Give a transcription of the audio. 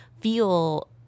feel